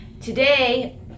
today